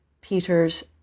Peter's